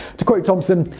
to quote thompson,